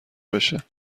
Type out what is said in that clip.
بشه